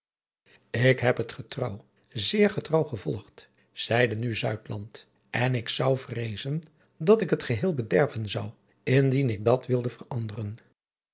k heb het getrouw zeer getrouw gevolgd zeide nu en ik zou vreezen dat ik het geheel bederven zou indien ik dat wilde veranderen